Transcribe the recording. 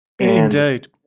indeed